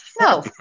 No